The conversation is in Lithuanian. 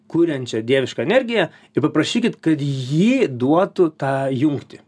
kuriančią dievišką energiją ir paprašykit kad ji duotų tą jungtį